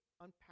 unpack